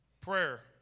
Prayer